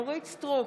אורית מלכה סטרוק,